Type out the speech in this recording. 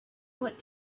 what